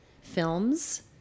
films